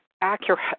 accurate